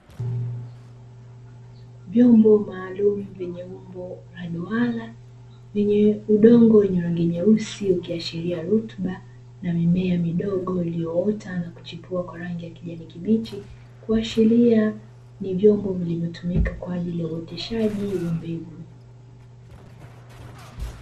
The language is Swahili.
Vyombo maalumu vyenye umbo la duara, vyenye udongo wenye rangi nyeusi ukiashiriashiria rutuba na mimea midogo iliyoota na kuchipua kwa rangi ya kijani kibichi, kuashiria ni vyombo vilivyotumika kwa ajili ya uoteshaji wa mbegu.